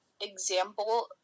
example